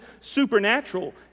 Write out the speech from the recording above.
supernatural